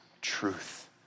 truth